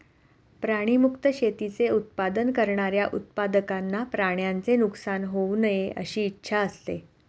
प्राणी मुक्त शेतीचे उत्पादन करणाऱ्या उत्पादकांना प्राण्यांचे नुकसान होऊ नये अशी इच्छा असते